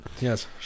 Yes